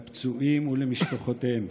לפצועים ולמשפחותיהם.